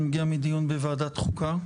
אני מגיע מדיו בוועדת חוקה.